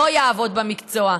לא יעבוד במקצוע.